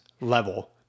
level